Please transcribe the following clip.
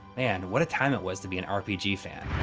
and what a time it was to be an rpg fan.